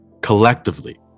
collectively